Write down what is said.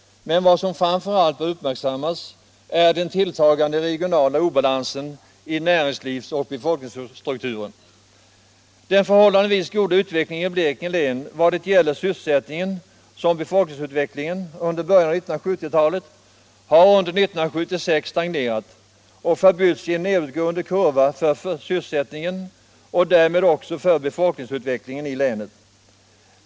Vad som emellertid framför allt bör uppmärksammas är den tilltagande regionala obalansen i näringslivsoch befolkningsstrukturen. Den under början av 1970-talet förhållandevis goda utvecklingen i Blekinge län vad gäller såväl sysselsättningen som befolkningsutvecklingen har under 1976 stagnerat och förbytts i en nedåtgående kurva för sysselsättningen och därmed också för befolkningsutvecklingen i länet.